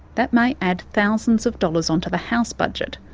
that may add thousands of dollars onto the house budget.